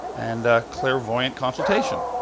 and, clairvoyant consultation.